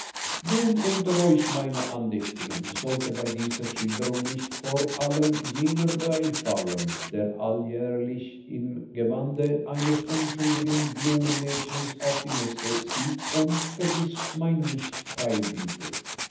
wem unter euch meine andächtigen sollte bei dieser schilderung nicht vor allem jener beifallen der alljährlich im gewande eines unschuldigen blumenmädchens auf die messe zieht und vergißmeinnicht feilbietet